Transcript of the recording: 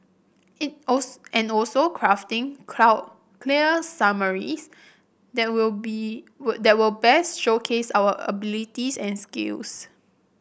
it also and also crafting clear summaries that will be that will best showcase our abilities and skills